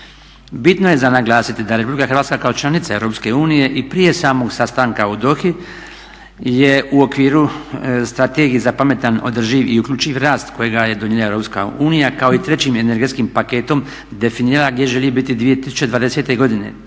Bitno je za naglasiti da Republika Hrvatska kao članica Europske unije i prije samog sastanka u Dohi je u okviru Strategije za pametan, održiv i uključiv rast kojega je donijela Europska unija, kao i trećim energetskim paketom definirala gdje želi biti 2020. godine